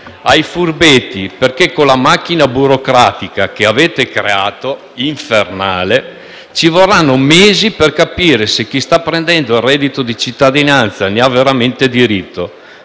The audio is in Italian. ai furbetti. Con la macchina burocratica infernale che avete creato, infatti, ci vorranno mesi per capire se chi sta prendendo il reddito di cittadinanza ne ha veramente diritto.